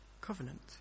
covenant